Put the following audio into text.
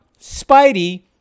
Spidey